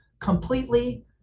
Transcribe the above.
completely